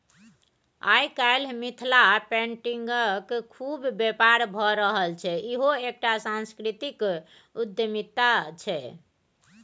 आय काल्हि मिथिला पेटिंगक खुब बेपार भए रहल छै इहो एकटा सांस्कृतिक उद्यमिता छै